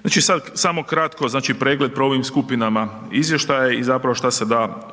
Znači sada samo kratko, znači pregled po ovim skupinama izvještaj i zapravo